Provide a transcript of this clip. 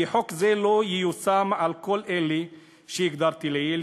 שחוק זה לא ייושם על כל אלה שהגדרתי לעיל,